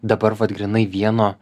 dabar vat grynai vieno